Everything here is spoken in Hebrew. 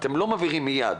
אתם לא מעבירים מיד.